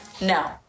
No